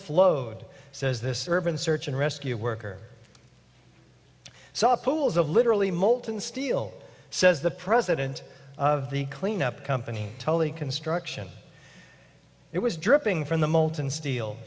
flowed says this urban search and rescue worker saw pools of literally molten steel says the president of the cleanup company told the construction it was dripping from the molten steel